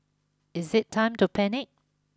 is it time to panic